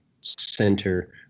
center